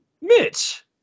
Mitch